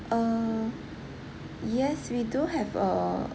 uh yes we do have uh